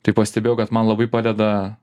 tai pastebėjau kad man labai padeda